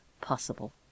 possible